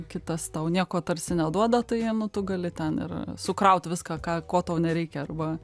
kitas tau nieko tarsi neduoda tai nu tu gali ten ir sukraut viską ką ko tau nereikia arba